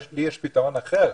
לי יש פתרון אחר,